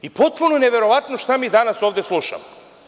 Potpuno neverovatno šta mi danas ovde slušamo.